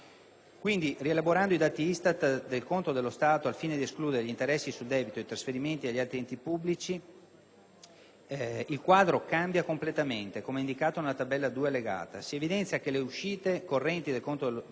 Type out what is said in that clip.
Quindi, rielaborando i dati ISTAT del conto dello Stato al fine di escludere gli interessi sul debito ed i trasferimenti ad altri enti pubblici, il quadro cambia completamente, come indicato nella tabella 2 allegata. Si evidenzia che le uscite correnti del conto dello Stato